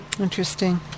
Interesting